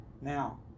now